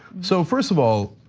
so first of all,